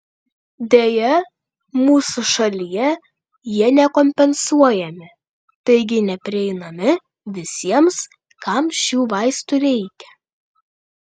deja mūsų šalyje jie nekompensuojami taigi neprieinami visiems kam šių vaistų reikia